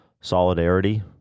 solidarity